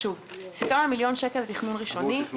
סיכמנו על מיליון שקל לתכנון ראשוני.